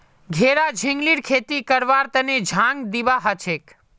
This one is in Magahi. घेरा झिंगलीर खेती करवार तने झांग दिबा हछेक